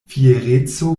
fiereco